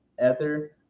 Ether